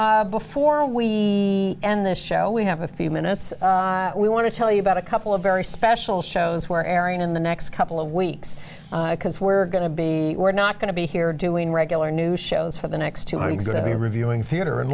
now before we end the show we have a few minutes we want to tell you about a couple of very special shows were airing in the next couple of weeks because we're going to be we're not going to be here doing regular new shows for the next two exactly reviewing theatre in